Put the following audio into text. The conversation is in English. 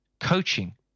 coaching